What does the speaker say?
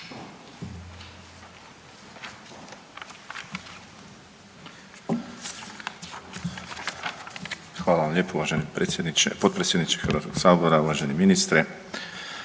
Hvala vam lijepo uvaženi potpredsjedniče Hrvatskog sabora, uvaženi ministre.